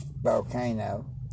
volcano